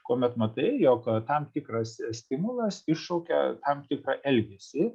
kuomet matai jog tam tikras stimulas iššaukia tam tikrą elgesį